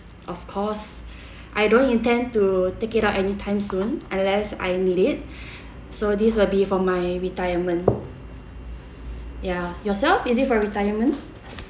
of course I don't intend to take it out anytime soon unless I need it so this will be for my retirement ya yourself is it for retirement